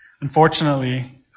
Unfortunately